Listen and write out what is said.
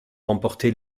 remporté